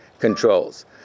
Controls